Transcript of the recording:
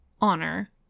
honor